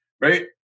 right